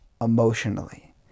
emotionally